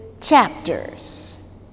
chapters